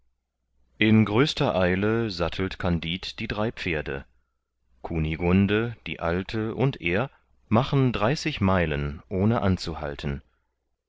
in größter eile sattelt kandid die drei pferde kunigunde die alte und er machen dreißig meilen ohne anzuhalten